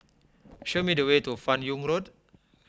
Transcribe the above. show me the way to Fan Yoong Road